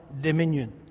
dominion